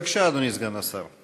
בבקשה, אדוני סגן השר.